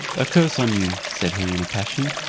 a curse on you, said he in a passion.